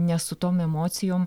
nes su tom emocijom